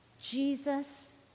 Jesus